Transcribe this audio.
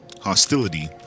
hostility